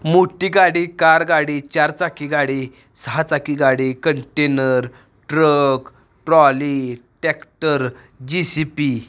मोठी गाडी कार गाडी चार चाकी गाडी सहा चाकी गाडी container truck trolley tractor G C P